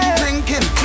drinking